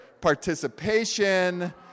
participation